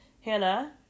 Hannah